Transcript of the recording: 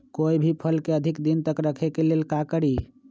कोई भी फल के अधिक दिन तक रखे के ले ल का करी?